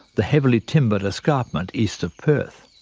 the heavily timbered escarpment east of perth.